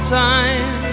time